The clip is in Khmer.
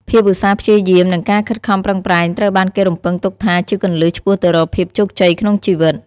ភាពឧស្សាហ៍ព្យាយាម និងការខិតខំប្រឹងប្រែង ត្រូវបានគេរំពឹងទុកថាជាគន្លឹះឆ្ពោះទៅរកភាពជោគជ័យក្នុងជីវិត។